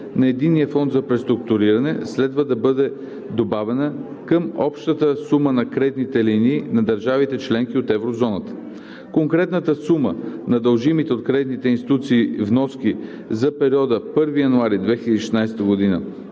на Единния фонд за преструктуриране следва да бъде добавена към общата сума на кредитните линии на държавите – членки от Еврозоната. Конкретната сума на дължимите от кредитните институции вноски за периода 1 януари 2016 г.